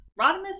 Rodimus